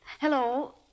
Hello